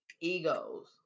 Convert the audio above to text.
egos